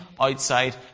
outside